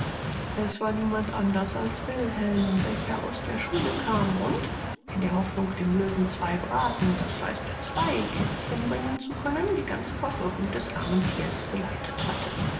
es war niemand anders als wilhelm welcher aus der schule kam und in der hoffnung dem löwen zwei braten d h zwei kätzchen bringen zu können die ganze verfolgung des armen thiers geleitet hatte